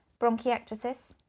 bronchiectasis